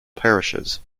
parishes